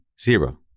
Zero